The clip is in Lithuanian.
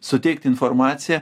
suteikt informaciją